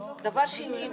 דבר שני,